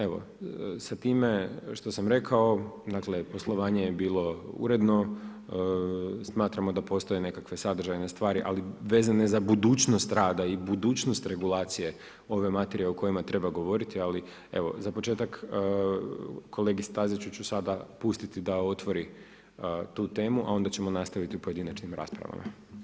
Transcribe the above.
Evo, sa time, što sam rekao, dakle poslovanje je bilo uredno, smatramo da postoje nekakve sadržajne stvari, ali vezane za budućnost rada i budućnost regulacije, ove materije o kojima treba govoriti, ali, evo, za početak, kolegi Staziću su sada pustiti da otvori tu temu, a onda ćemo nastaviti pojedinačnim raspravama.